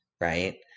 right